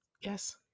Yes